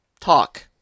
talk